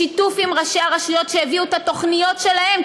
בשיתוף עם ראשי הרשויות שהביאו את התוכניות שלהם,